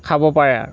খাব পাৰে আৰু